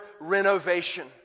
renovation